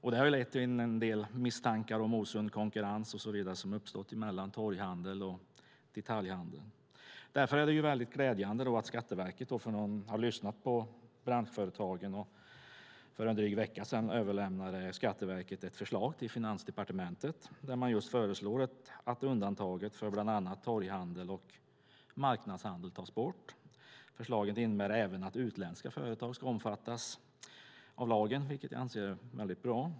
Detta har lett till en del misstankar om osund konkurrens och så vidare som uppstått mellan torghandel och detaljhandel. Därför är det väldigt glädjande att Skatteverket har lyssnat på branschföretagen och för en dryg vecka sedan överlämnade ett förslag till Finansdepartementet, där man föreslår att undantaget för bland annat torghandel och marknadshandel tas bort. Förslaget innebär även att utländska företag ska omfattas av lagen, vilket jag anser är väldigt bra.